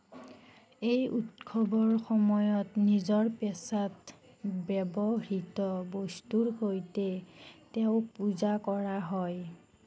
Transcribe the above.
এই উৎসৱৰ সময়ত নিজৰ পেচাত ব্যৱহৃত বস্তুৰ সৈতে তেওঁক পূজা কৰা হয়